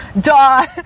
duh